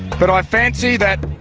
but i fancy that